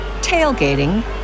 tailgating